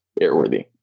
airworthy